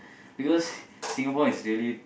because Singapore is really